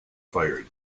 fired